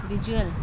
visual